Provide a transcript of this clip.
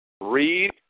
Read